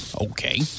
okay